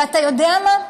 ואתה יודע מה?